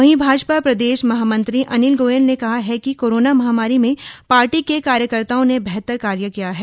वहीं भाजपा प्रदेश महामंत्री अनिल गोयल ने कहा कि कोरोना महामारी में पार्टी के कार्यकर्ताओं ने बेहतर कार्य किया है